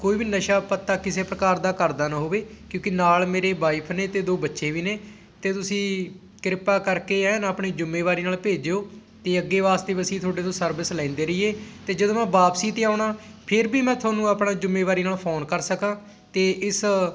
ਕੋਈ ਵੀ ਨਸ਼ਾ ਪੱਤਾ ਕਿਸੇ ਪ੍ਰਕਾਰ ਦਾ ਕਰਦਾ ਨਾ ਹੋਵੇ ਕਿਉਂਕਿ ਨਾਲ ਮੇਰੇ ਵਾਈਫ ਨੇ ਅਤੇ ਦੋ ਬੱਚੇ ਵੀ ਨੇ ਅਤੇ ਤੁਸੀਂ ਕਿਰਪਾ ਕਰਕੇ ਐਨ ਆਪਣੀ ਜ਼ਿੰਮੇਵਾਰੀ ਨਾਲ ਭੇਜਿਓ ਅਤੇ ਅੱਗੇ ਵਾਸਤੇ ਵੀ ਅਸੀਂ ਤੁਹਾਡੇ ਤੋਂ ਸਰਵਿਸ ਲੈਂਦੇ ਰਹੀਏ ਅਤੇ ਜਦੋਂ ਮੈਂ ਵਾਪਸੀ 'ਤੇ ਆਉਣਾ ਫਿਰ ਵੀ ਮੈਂ ਤੁਹਾਨੂੰ ਆਪਣਾ ਜ਼ਿੰਮੇਵਾਰੀ ਨਾਲ ਫੋਨ ਕਰ ਸਕਾਂ ਅਤੇ ਇਸ